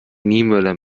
niemöller